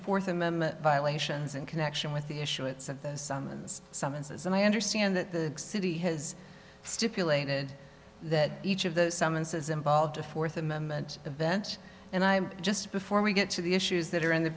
fourth amendment violations in connection with the issuance of summons summonses and i understand that the city has stipulated that each of those summonses involved a fourth amendment event and i'm just before we get to the issues that are in the